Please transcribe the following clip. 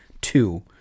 Two